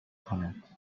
کنند